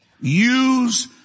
use